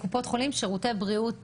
ד"ר דן קרת משירותי בריאות